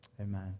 Amen